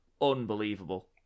unbelievable